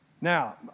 Now